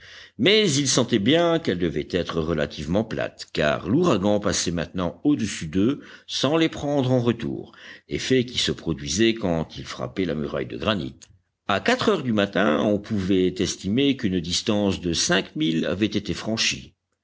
mais ils sentaient bien qu'elle devait être relativement plate car l'ouragan passait maintenant au-dessus d'eux sans les prendre en retour effet qui se produisait quand il frappait la muraille de granit à quatre heures du matin on pouvait estimer qu'une distance de cinq milles avait été franchie